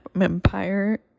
Empire